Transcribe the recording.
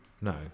no